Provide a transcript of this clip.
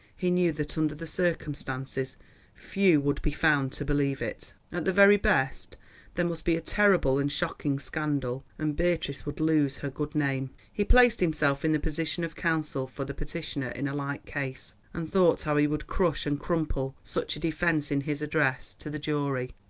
he knew that under the circumstances few would be found to believe it. at the very best there must be a terrible and shocking scandal, and beatrice would lose her good name. he placed himself in the position of counsel for the petitioner in a like case, and thought how he would crush and crumple such a defence in his address to the jury.